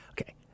okay